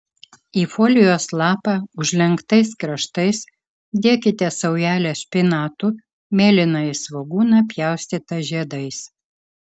į folijos lapą užlenktais kraštais dėkite saujelę špinatų mėlynąjį svogūną pjaustytą žiedais